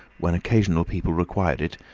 when occasional people required it,